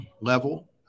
level